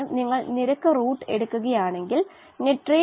അതായത് 100 ശതമാനം ഓക്സിജൻ